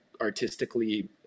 artistically